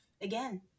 again